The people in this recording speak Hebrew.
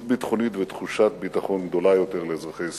ביטחונית ותחושת ביטחון גדולה יותר לאזרחי ישראל.